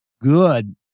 good